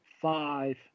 five